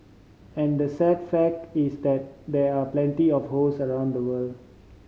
and the sad fact is that there are plenty of host around the world